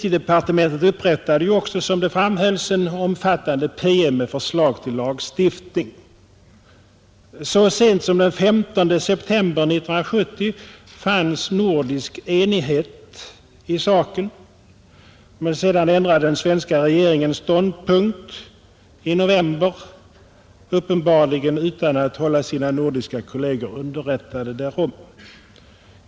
Justitiedepartementet upprättade också, som det framhölls, en omfat 1970 fanns det nordisk enighet i saken, men sedan ändrade de svenska 27 regeringsledamöterna ståndpunkt i november, uppenbarligen utan att hålla sina nordiska kolleger underrättade därom.